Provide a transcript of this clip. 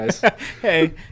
Hey